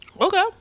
Okay